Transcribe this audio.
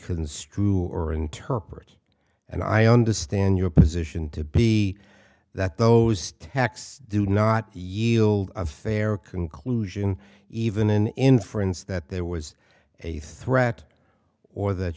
construe or interpret and i understand your position to be that those attacks do not yield a fair conclusion even an inference that there was a threat or that